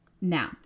Now